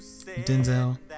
Denzel